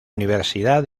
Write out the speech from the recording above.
universidad